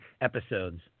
episodes